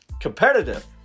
competitive